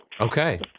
Okay